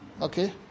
Okay